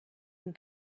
and